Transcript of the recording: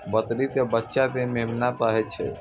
बकरी के बच्चा कॅ मेमना कहै छै